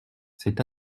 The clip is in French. c’est